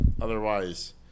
otherwise